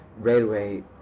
railway